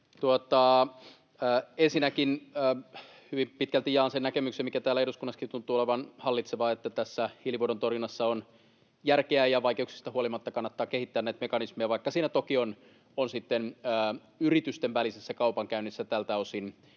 Ensinnäkin hyvin pitkälti jaan sen näkemyksen, mikä täällä eduskunnassakin tuntuu olevan hallitseva, että tässä hiilivuodon torjunnassa on järkeä ja vaikeuksista huolimatta kannattaa kehittää näitä mekanismeja, vaikka siinä toki on yritysten välisessä kaupankäynnissä tältä osin